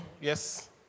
Yes